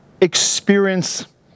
experience